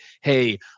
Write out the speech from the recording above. Hey